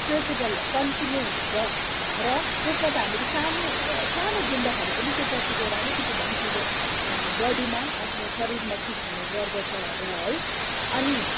stretchable तन्किने हुन्छ र त्यसमा त हामीले सानो सानो बुन्दाखेरि पनि त्यो पछि गएर अलिकति भए पनि ठुलो बडीमा आफ्नो शरीरमा फिट हुने गर्दछ र है अनि